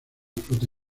flota